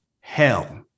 hell